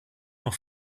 noch